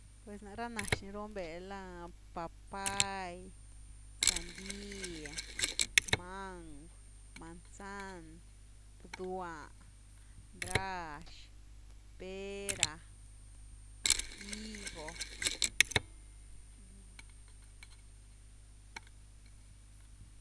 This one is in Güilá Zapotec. Pues na ra nax ni runbe la papay, sandie, mang’w, manzan, bdua, ndrax, pera, higo.